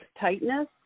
tightness